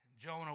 Jonah